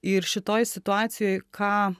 ir šitoj situacijoj ką